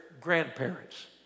grandparents